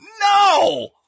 No